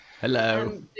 hello